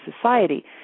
society